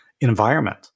environment